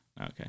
Okay